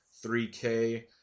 3K